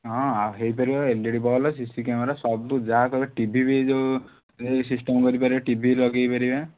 ହଁ ଆଉ ହେଇପାରିବ L E D bulb C C camera ସବୁ ଯାହା କହିବେ ଟିଭି ବି ଏ ଯେଉଁ ସିଷ୍ଟମ୍ କରିପାରିବ ଟିଭି ଲଗାଇ ପାରିବେ